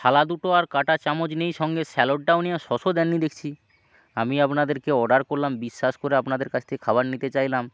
থালা দুটো আর কাঁটা চামচ নেই সঙ্গে স্যালাডটাও নেই আর সসও দেননি দেখছি আমি আপনাদেরকে অর্ডার করলাম বিশ্বাস করে আপনাদের কাছ থেকে খাবার নিতে চাইলাম